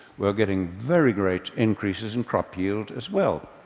we are getting very great increases in crop yield as well.